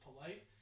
polite